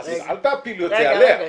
אז אל תפילו את זה עליה.